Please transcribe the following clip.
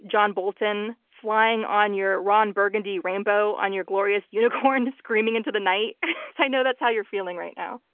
john bolton, flying on your ron burgundy rainbow on your glorious unicorn screaming into the night, because i know that's how you're feeling right now.